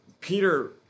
Peter